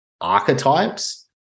archetypes